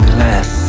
less